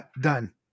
done